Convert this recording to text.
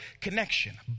connection